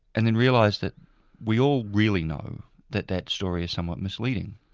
and then realised that we all really know that that story is somewhat misleading.